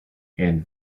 and